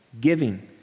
giving